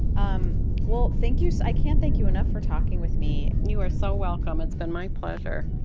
um well, thank you. i can't thank you enough for talking with me you are so welcome. it's been my pleasure